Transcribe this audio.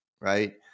right